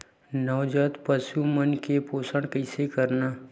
नवजात पशु मन के पोषण कइसे करन?